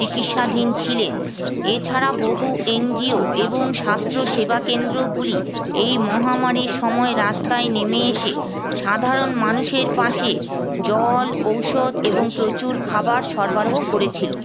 চিকিৎসাধীন ছিলেন এছাড়া বহু এনজিও এবং স্বাস্থ্য সেবাকেন্দ্রগুলি এই মহামারীর সময় রাস্তায় নেমে এসে সাধারণ মানুষের পাশে জল ঔষধ এবং প্রচুর খাবার সরবরাহ করেছিল